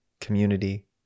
community